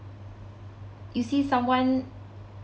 you see someone